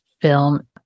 film